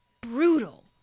brutal